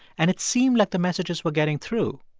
and it seemed like the messages were getting through,